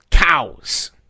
Cows